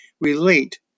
relate